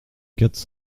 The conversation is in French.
quatre